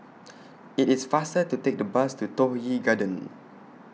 IT IS faster to Take The Bus to Toh Yi Garden